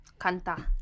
Kanta